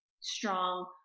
strong